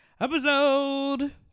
episode